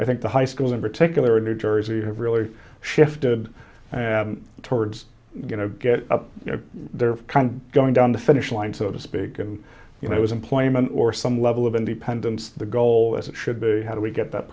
i think the high school in particular in new jersey have really shifted towards you know get up you know they're going down the finish line so to speak and you know it was employment or some level of independence the goal is it should be how do we get that